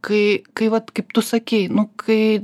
kai kai vat kaip tu sakei nu kai